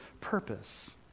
purpose